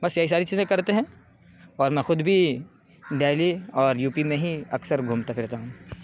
بس یہی ساری چیزیں کرتے ہیں اور میں خود بھی دہلی اور یو پی میں ہی اکثر گھومتا پھرتا ہوں